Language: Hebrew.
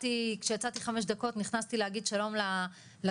כשיצאתי עכשיו לחמש דקות נכנסתי להגיד שלום לשדולה